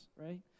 right